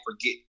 forget